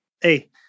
hey